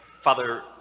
Father